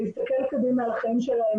להסתכל קדימה על החיים שלהם,